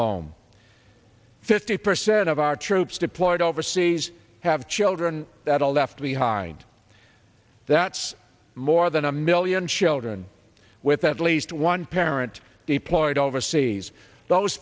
home fifty percent of our troops deployed overseas have children that all left behind that's more than a million children with at least one parent deployed overseas those